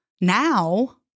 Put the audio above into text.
now